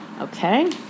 Okay